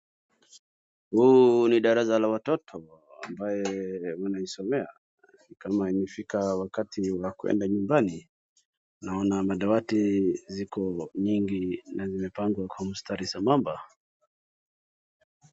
Huu ni darasa la watoto ambaye wanaisomea. Ni kama imefika wakati wakuenda nyumbani. Naona madawati ziko nyingi na zimepangwa kwa mstari sambamba.